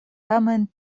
tamen